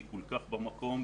היא כל כך במקום,